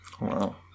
Wow